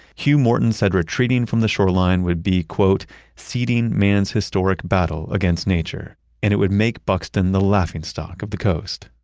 hugh morton said retreating from the shoreline would be, ceading man's historic battle against nature and it would make buxton the laughingstock of the coast.